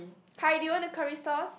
hi do you want the curry sauce